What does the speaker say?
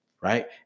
right